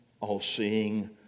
all-seeing